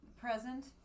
present